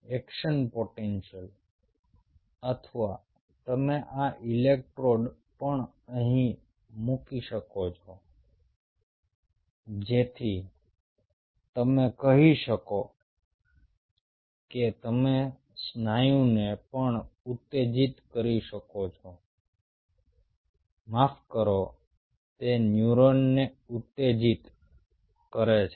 action potential અથવા તમે આ ઇલેક્ટ્રોડ પણ અહીં મૂકી શકો છો જેથી તમે કહી શકો કે તમે સ્નાયુને પણ ઉત્તેજિત કરી શકો છો માફ કરો તે ન્યુરોનને ઉત્તેજિત કરે છે